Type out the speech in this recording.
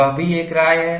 वह भी एक राय है